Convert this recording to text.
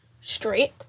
Straight